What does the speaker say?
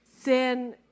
sin